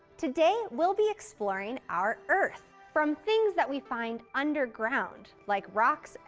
today, we'll be exploring our earth from things that we find underground, like rocks,